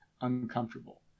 uncomfortable